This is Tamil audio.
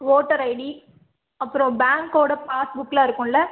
வோட்டர் ஐடி அப்புறம் பேங்க்கோட பாஸ்புக் எல்லாம் இருக்கும்ல